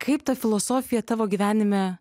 kaip ta filosofija tavo gyvenime